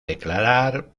declarar